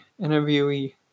interviewee